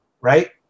right